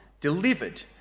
delivered